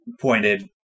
pointed